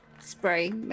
spray